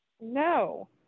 No